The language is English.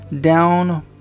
down